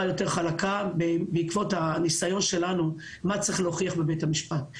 יותר חלקה בעקבות הניסיון שלנו מה צריך להוכיח בבית המשפט.